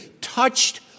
touched